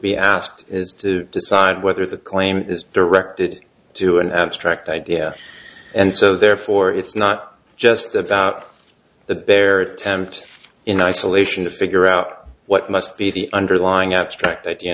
be asked as to decide whether the claim is directed to an abstract idea and so therefore it's not just about the bare attempt in isolation to figure out what must be the underlying abstract idea